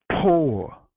poor